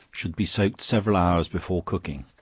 should be soaked several hours before cooking,